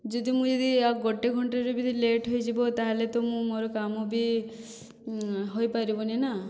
ଯଦି ମୁଁ ଯଦି ଆଉ ଗୋଟିଏ ଘଣ୍ଟାରେ ବି ଯଦି ଲେଟ୍ ହୋଇଯିବ ତାହେଲେ ତ ମୁଁ ମୋର କାମ ବି ହୋଇପାରିବନି ନା